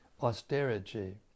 austerity